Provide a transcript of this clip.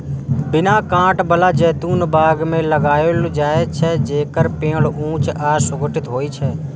बिना कांट बला जैतून बाग मे लगाओल जाइ छै, जेकर पेड़ ऊंच आ सुगठित होइ छै